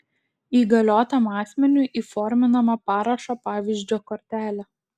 įgaliotam asmeniui įforminama parašo pavyzdžio kortelė